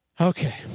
Okay